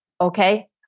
okay